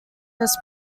this